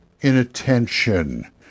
Inattention